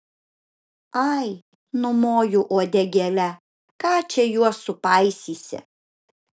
ai numoju uodegėle ką čia juos supaisysi